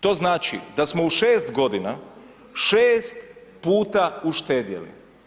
To znači da smo u 6 godina 6 puta uštedjeli.